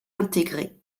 intégrés